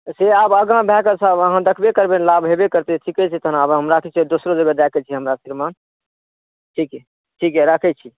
से आब आगाँ भय कय सर अहाँ देखबे करबै लाज हेबे करतै ठीके छै तखन आर हमरा सबके दोसरो जगह जाइ के छै हमरा सब के ने ठीक छै राखै छी